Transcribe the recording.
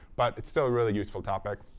but it's still a really useful topic.